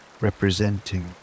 representing